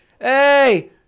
hey